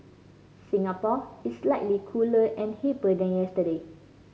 Singapore is slightly cooler and hipper than yesterday